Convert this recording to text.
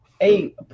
hey